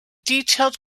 detailed